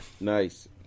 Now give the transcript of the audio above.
nice